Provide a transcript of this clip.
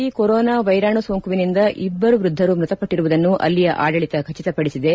ಇರಾನ್ನಲ್ಲಿ corona ವೈರಾಣು ಸೋಂಕುನಿಂದ ಇಬ್ಬರು ವೃದ್ದರು ಮೃತಪಟ್ಟಿರುವುದನ್ನು ಅಲ್ಲಿಯ ಆಡಳಿತ ಖಚಿತ ಪಡಿಸಿದೆ